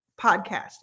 podcast